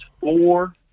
four